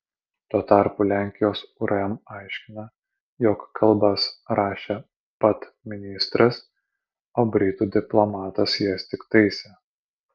tuo tarpu lenkijos urm aiškina jog kalbas rašė pat ministras o britų diplomatas jas tik taisė